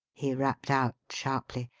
he rapped out sharply.